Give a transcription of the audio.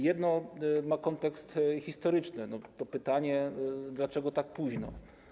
Jedno ma kontekst historyczny, to pytanie: Dlaczego tak późno?